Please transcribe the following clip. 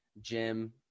Jim